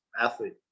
athlete